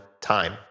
time